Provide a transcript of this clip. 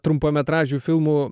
trumpametražių filmų